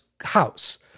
house